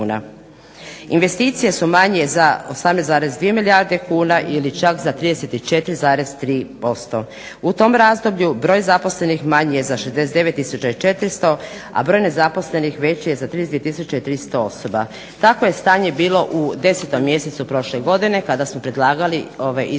Investicije su manje za 18,2 milijarde kuna ili čak za 34,3%. U tom razdoblju broj zaposlenih manji je za 69 tisuća i 400, a broj nezaposlenih veći je za …/Ne razumije se./… tisuće i 300 osoba. Takvo je stanje bilo u 10. mjesecu prošle godine kada smo predlagali izmjene